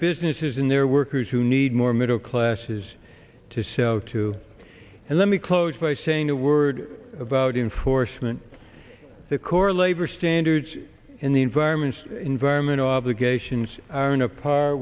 businesses in their workers who need more middle classes to sell to and let me close by saying a word about enforcement the core labor standards in the environment environmental obligations are on a par